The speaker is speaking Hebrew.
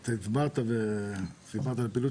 אתה הצבעת וסיפרת את הפעילות